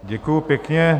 Děkuju pěkně.